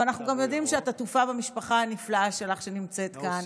אבל אנחנו גם יודעים שאת עטופה במשפחה הנפלאה שלך שנמצאת כאן,